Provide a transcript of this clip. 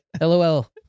LOL